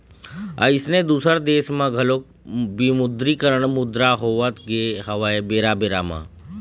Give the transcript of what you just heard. अइसने दुसर देश म घलोक विमुद्रीकरन मुद्रा होवत गे हवय बेरा बेरा म